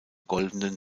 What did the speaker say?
goldenen